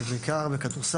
זה קורה בעיקר בכדורסל,